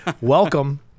Welcome